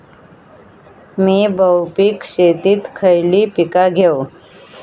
मी बहुपिक शेतीत खयली पीका घेव?